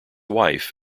wife